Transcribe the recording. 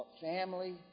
family